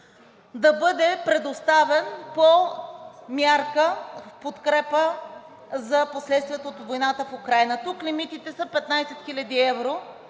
да бъде предоставен по мярка в подкрепа за последствията от войната в Украйна. Тук лимитите са 15 хил. евро